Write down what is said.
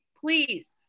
Please